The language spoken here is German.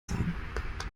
sein